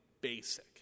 basic